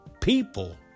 people